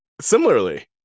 Similarly